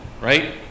right